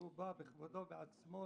שבא בכבודו ובעצמו,